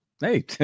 Hey